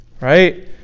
Right